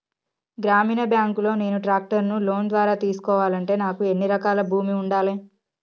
గ్రామీణ బ్యాంక్ లో నేను ట్రాక్టర్ను లోన్ ద్వారా తీసుకోవాలంటే నాకు ఎన్ని ఎకరాల భూమి ఉండాలే?